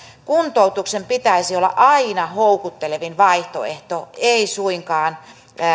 kuntoutuksen pitäisi olla aina houkuttelevin vaihtoehto ei suinkaan